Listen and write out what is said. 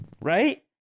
Right